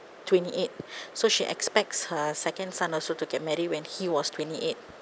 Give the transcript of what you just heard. twenty eight so she expects her second son also to get married when he was twenty eight